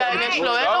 בבקשה, מיקי, תשלים.